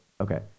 Okay